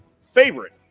favorite